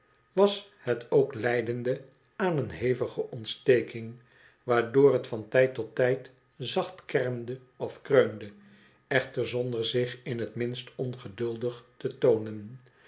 was het ook lijdende aan een hevige ontsteking waardoor het van tijd tot tijd zacht kermde of kreunde echter zonder zich in het minst ongeduldig te toonen